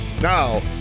Now